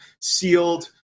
sealed